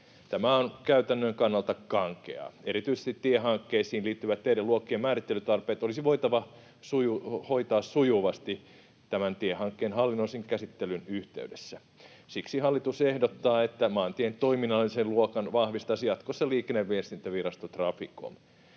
Tämä on käytännön kannalta kankeaa. Erityisesti tiehankkeisiin liittyvät teiden luokkien määrittelytarpeet olisi voitava hoitaa sujuvasti tämän tiehankkeen hallinnollisen käsittelyn yhteydessä. Siksi hallitus ehdottaa, että maantien toiminnallisen luokan vahvistaisi jatkossa Liikenne- ja viestintävirasto Traficom.